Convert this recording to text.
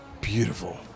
Beautiful